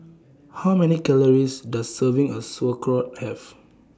How Many Calories Does Serving of Sauerkraut Have